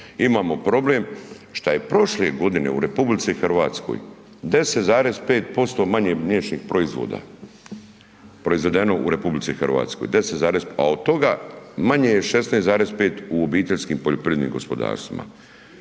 imamo problem što je prošle godine u RH 10,5% manje mliječnih proizvoda proizvedeno u RH, 10, a od toga manje je 16,5 u obiteljskim poljoprivrednim gospodarstvima.